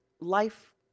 life